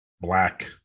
Black